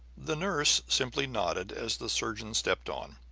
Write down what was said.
the nurse simply nodded as the surgeon stepped on,